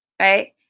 Right